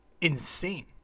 insane